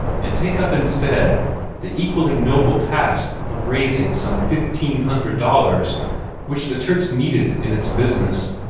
and take up instead the equally noble task of raising some fifteen hundred dollars which the church needed in its business.